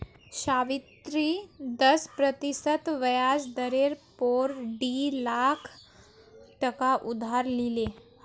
सावित्री दस प्रतिशत ब्याज दरेर पोर डी लाख टका उधार लिले